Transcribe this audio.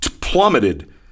plummeted